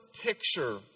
picture